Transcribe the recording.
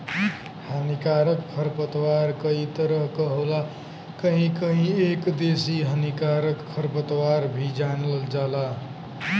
हानिकारक खरपतवार कई तरह क होला कहीं कहीं एके देसी हानिकारक खरपतवार भी जानल जाला